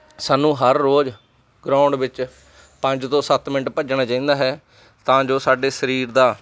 ਸਾਨੂੰ ਹਰ ਰੋਜ਼ ਗਰਾਊਂਡ ਵਿੱਚ ਪੰਜ ਤੋਂ ਸੱਤ ਮਿੰਟ ਭੱਜਣਾ ਚਾਹੀਦਾ ਹੈ ਤਾਂ ਜੋ ਸਾਡੇ ਸਰੀਰ ਦਾ